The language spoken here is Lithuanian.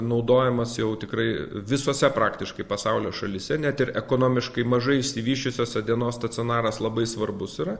naudojamas jau tikrai visose praktiškai pasaulio šalyse net ir ekonomiškai mažai išsivysčiusiose dienos stacionaras labai svarbus yra